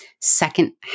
second